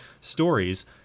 stories